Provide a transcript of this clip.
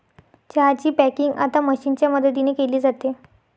चहा ची पॅकिंग आता मशीनच्या मदतीने केली जाते